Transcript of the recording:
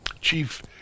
Chief